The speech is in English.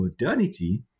modernity